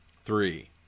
three